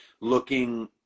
looking